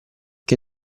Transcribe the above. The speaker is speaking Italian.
che